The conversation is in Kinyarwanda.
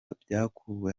byakuwe